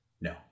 No